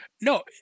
No